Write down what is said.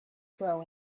grow